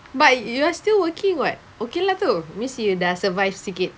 but you are still working [what] okay lah tu means you dah survive sikit